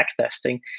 backtesting